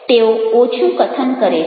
તેઓ ઓછું કથન કરે છે